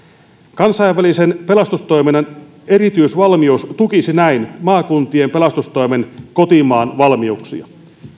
kansainvälisen pelastustoiminnan erityisvalmius tukisi näin maakuntien pelastustoimen kotimaan valmiuksia